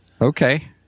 Okay